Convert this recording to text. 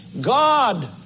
God